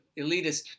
elitist